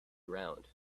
ground